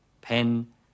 pen